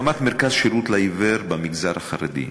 הקמת מרכז שירות לעיוור במגזר החרדי.